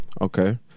Okay